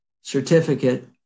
certificate